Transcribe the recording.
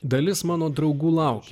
dalis mano draugų laukia